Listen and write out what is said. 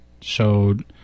showed